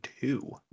two